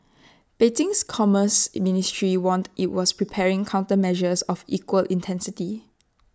Beijing's commerce in ministry warned IT was preparing countermeasures of equal intensity